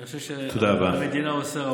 אני חושב שהמדינה עושה רבות,